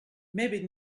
maybe